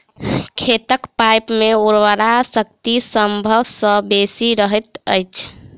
खेतक पाइन मे उर्वरा शक्ति सभ सॅ बेसी रहैत अछि